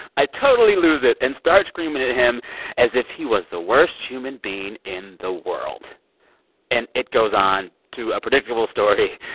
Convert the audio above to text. i totally lose it and start screaming at him as if he was the worst human being in the world and it goes on to a predictable story.